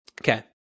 Okay